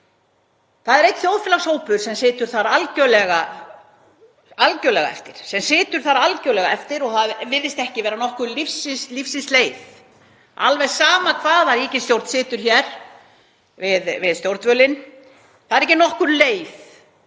Það er einn þjóðfélagshópur sem situr þar algerlega eftir og það virðist ekki vera nokkur lífsins leið, alveg sama hvaða ríkisstjórn situr hér við stjórnvölinn, það er ekki nokkur leið